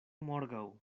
morgaŭ